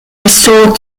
restored